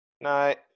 Night